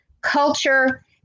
culture